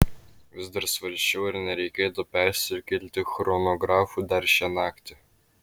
vis dar svarsčiau ar nereikėtų persikelti chronografu dar šią naktį